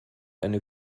eine